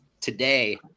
today